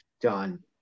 done